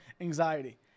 anxiety